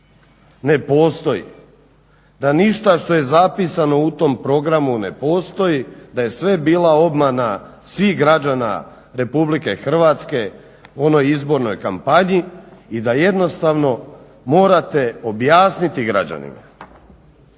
ne postoji, da ništa što je zapisano u tom programu ne postoji, da je sve bila obmana svih građana Republike Hrvatske u onoj izbornoj kampanji i da jednostavno morate objasniti građanima,